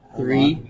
three